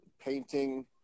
painting